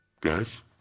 Guys